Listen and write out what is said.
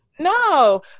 No